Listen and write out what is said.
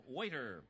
waiter